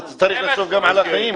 אתה צריך לחשוב גם על החיים.